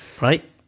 right